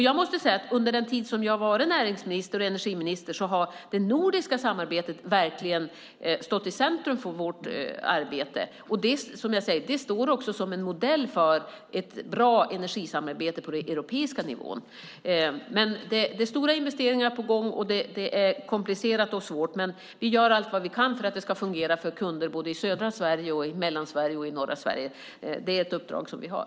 Jag måste säga att under den tid som jag har varit näringsminister och energiminister har det nordiska samarbetet verkligen stått i centrum för vårt arbete, och det står också som en modell för ett bra energisamarbete på den europeiska nivån. Det är stora investeringar på gång, och det är komplicerat och svårt, men vi gör allt vad vi kan för att det ska fungera för kunder både i södra Sverige, i Mellansverige och i norra Sverige. Det är ett uppdrag som vi har.